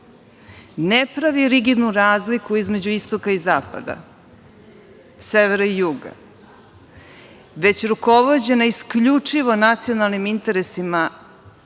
ne pravi rigidnu razliku između istoka i zapada, severa i juga, već rukovođena isključivo nacionalnim interesima